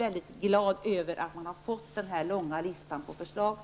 mycket glad över att man fått denna långa lista på förslag.